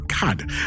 God